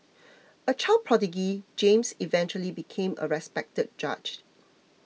a child prodigy James eventually became a respected judge